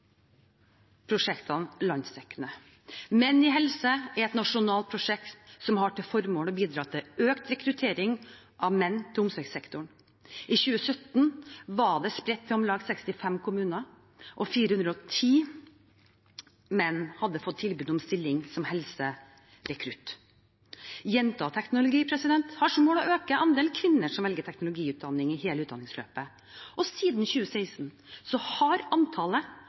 prosjektene landsdekkende. Menn i helse er et nasjonalt prosjekt som har til formål å bidra til økt rekruttering av menn til omsorgssektoren. I 2017 var det spredt til om lag 65 kommuner, og 410 menn hadde fått tilbud om stilling som helserekrutt. Jenter og teknologi har som mål å øke andelen kvinner som velger teknologiutdanninger i hele utdanningsløpet. Siden 2016 har antallet